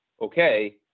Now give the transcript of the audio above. Okay